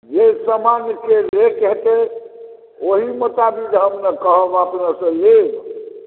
जे समानके रेट हेतै ओहि पर ने हम कहब अपनेकेँ रेट